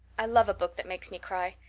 i love a book that makes me cry.